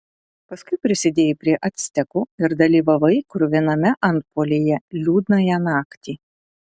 paskui prisidėjai prie actekų ir dalyvavai kruviname antpuolyje liūdnąją naktį